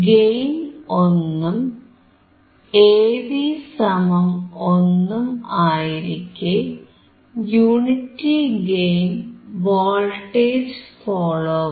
gain 1 ഉും AV 1 ഉം ആയിരിക്കെ യൂണിറ്റി ഗെയിൻ വോൾട്ടേജ് ഫോളോവറും